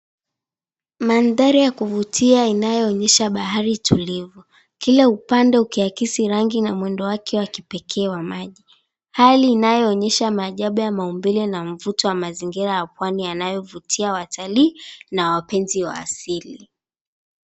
Manthari ya kuvutia inayoonyesha bahari tulivu. Kila upande ukiakisi rangi na mwendo wake wa kipekee wa maji. Hali inayoonyesha maajabu ya maumbile na mvuto wa mazingira ya pwani yanayovutia watalii na wapenzi wa asili.